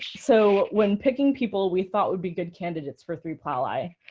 so when picking people we thought would be good candidates for three p l a